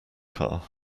car